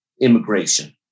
immigration